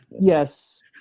Yes